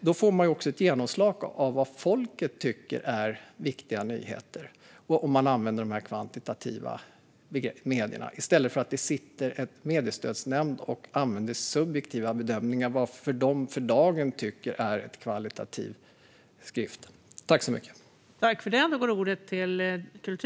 Man får också ett genomslag för vad folket tycker är viktiga nyheter om man använder de här kvantitativa kriterierna för medier i stället för att låta en mediestödsnämnd sitta och använda subjektiva bedömningar av vad de för dagen tycker är en kvalitativ skrift.